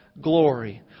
glory